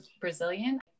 Brazilian